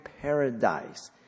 paradise